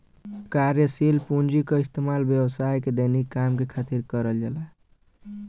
कार्यशील पूँजी क इस्तेमाल व्यवसाय के दैनिक काम के खातिर करल जाला